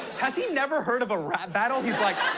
has he never heard of a rap battle? he's like,